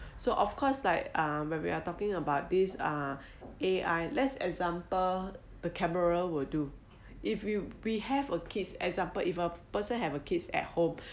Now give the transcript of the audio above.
so of course like uh when we are talking about this uh A_I let's example the camera will do if you we have a kids example if a person have a kids at home